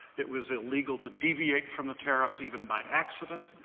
it was illegal to deviate from the tariffs even by accident,